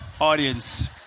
audience